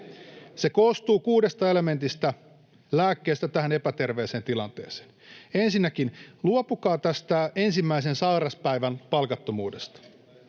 Se koostuu kuudesta elementistä, lääkkeestä tähän epäterveeseen tilanteeseen. Ensinnäkin, luopukaa tästä ensimmäisen sairauspäivän palkattomuudesta.